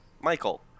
michael